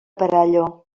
perelló